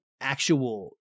actual